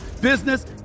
business